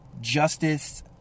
justice